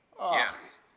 Yes